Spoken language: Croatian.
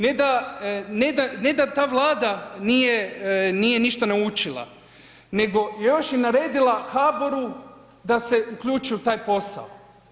Ne da, ne da ta Vlada nije ništa naučila, nego je još i naredila HBOR-u da se uključi u taj posao.